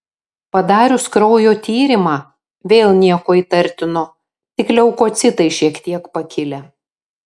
padarius kraujo tyrimą vėl nieko įtartino tik leukocitai šiek tiek pakilę